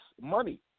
money